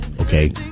okay